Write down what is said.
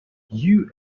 you